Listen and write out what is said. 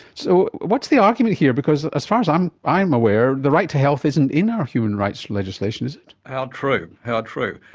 so what's the argument here, because as far as i'm i'm aware, the right to health isn't in our human rights legislation, is it? how true, how true.